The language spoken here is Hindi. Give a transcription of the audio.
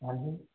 हाँजी